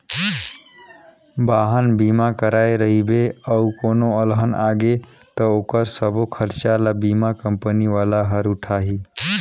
वाहन बीमा कराए रहिबे अउ कोनो अलहन आगे त ओखर सबो खरचा ल बीमा कंपनी वाला हर उठाही